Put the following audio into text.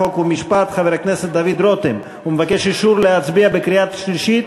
חוק ומשפט חבר הכנסת דוד רותם ומבקש אישור להצביע בקריאה שלישית,